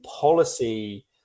policy